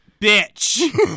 bitch